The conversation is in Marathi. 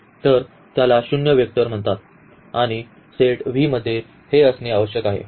तर त्याला शून्य वेक्टर म्हणतात आणि सेट V मध्ये हे असणे आवश्यक आहे